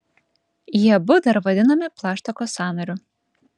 jie abu dar vadinami plaštakos sąnariu